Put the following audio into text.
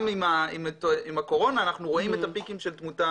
גם עם הקורונה אנחנו רואים את הפיקים של תמותה